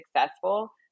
successful